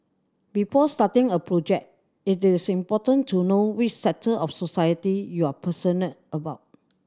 before starting a project it is important to know which sector of society you are passionate about